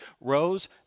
rose